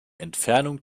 entfernung